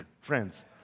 friends